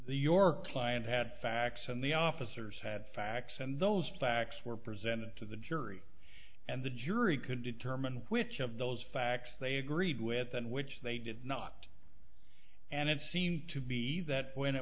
the your client had facts and the officers had facts and those facts were presented to the jury and the jury could determine which of those facts they agreed with and which they did not and it seemed to be that when it